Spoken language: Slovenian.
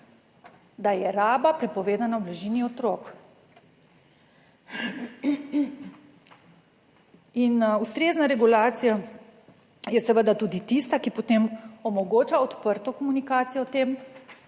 da je raba prepovedana v bližini otrok. In ustrezna regulacija je seveda tudi tista, ki potem omogoča odprto komunikacijo o tem,